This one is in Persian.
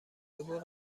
بگو